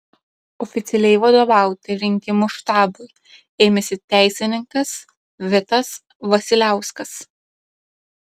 oficialiai vadovauti rinkimų štabui ėmėsi teisininkas vitas vasiliauskas